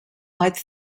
might